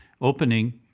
opening